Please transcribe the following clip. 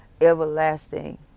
everlasting